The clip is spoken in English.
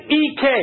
ek